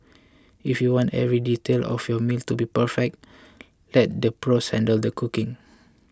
if you want every detail of your meal to be perfect let the pros handle the cooking